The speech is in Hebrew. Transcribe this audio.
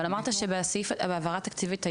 אבל אמרת שבהעברה תקציבית היום,